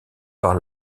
par